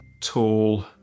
tall